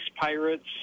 Pirates